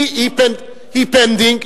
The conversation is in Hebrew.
היא pending,